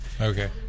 Okay